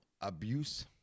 abuse